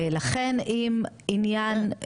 ולכן עניין,